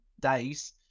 days